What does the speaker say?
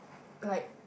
like